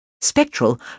Spectral